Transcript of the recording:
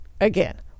again